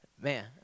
man